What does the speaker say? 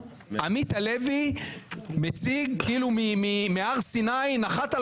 עמית הלוי מציג כאילו מהר סיני נחתו